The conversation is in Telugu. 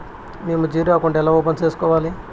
మేము జీరో అకౌంట్ ఎలా ఓపెన్ సేసుకోవాలి